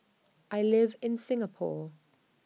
I live in Singapore